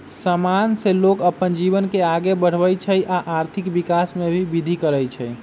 समान से लोग अप्पन जीवन के आगे बढ़वई छई आ आर्थिक विकास में भी विर्धि करई छई